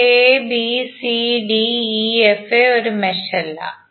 എന്നാൽ abcdefa ഒരു mesh അല്ല